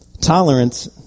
Tolerance